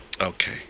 Okay